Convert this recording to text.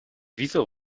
wieso